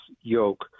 yoke